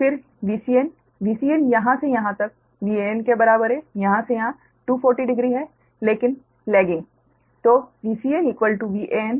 फिर VcnVcn यहाँ से यहाँ तक Van के बराबर है यहाँ से यहाँ 240 डिग्री है लेकिन लैगिंग